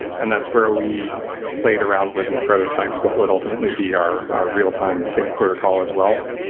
and that's where we played around with and prototyped what would ultimately be our our real-time sync protocol as well.